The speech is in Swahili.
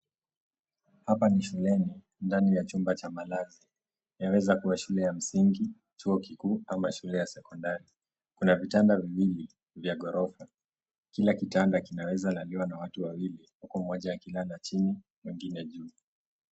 Hapa ni shuleni ndani ya chumba cha malazi yaweza kuwa shule ya msingi, chuo kikuu ama shule ya sekondari. Kuna vitanda viwili vya ghorofa. Kila kitanda kinaweza laliwa na watu wawili mmoja akilala chini na mwingine juu.